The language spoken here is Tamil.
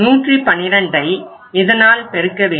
112ஐ இதனால் பெருக்க வேண்டும்